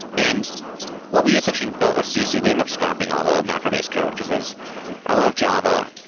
and what we've essentially built with sisu, we end up scrapping all the macrobase code, because i love java.